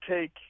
take